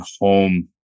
home